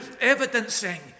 evidencing